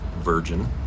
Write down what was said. Virgin